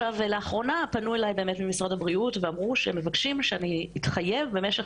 לאחרונה פנו אליי ממשרד הבריאות ואמרו שהם מבקשים שאני אתחייב במשך